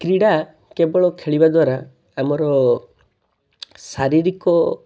କ୍ରୀଡ଼ା କେବଳ ଖେଳିବା ଦ୍ୱାରା ଆମର ଶାରିରୀକ